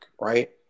Right